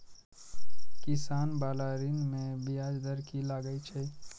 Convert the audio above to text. किसान बाला ऋण में ब्याज दर कि लागै छै?